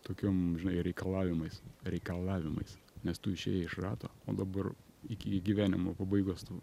tokiom reikalavimais reikalavimais nes tu išėjai iš rato o dabar iki gyvenimo pabaigos tu